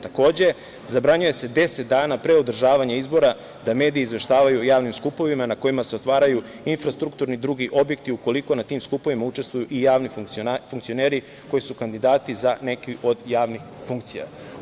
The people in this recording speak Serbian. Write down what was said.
Takođe, zabranjuje se 10 dana pre održavanja izbora da mediji izveštavaju o javnim skupovima na kojima se otvaraju infrastrukturni drugi objekti ukoliko na tim skupovima učestvuju i javni funkcioneri koji su kandidati za neki od javnih funkcija.